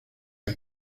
ahí